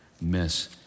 miss